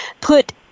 put